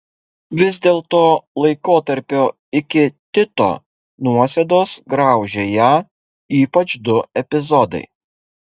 vis dėlto laikotarpio iki tito nuosėdos graužė ją ypač du epizodai